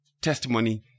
testimony